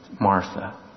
Martha